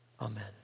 Amen